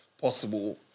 possible